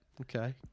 Okay